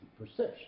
perception